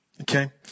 Okay